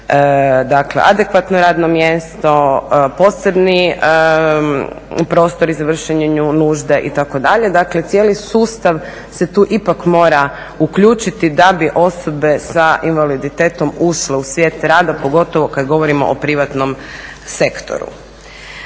dakle adekvatno radno mjesto, posebni prostor za vršenje nužde itd. Dakle cijeli sustav se tu ipak mora uključiti da bi osobe s invaliditetom ušle u svijet rada, pogotovo kad govorimo o privatnom sektoru.